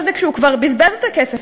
כל זה כשהוא כבר בזבז את הכסף,